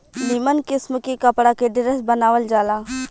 निमन किस्म के कपड़ा के ड्रेस बनावल जाला